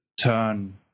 turn